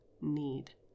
need